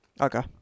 Okay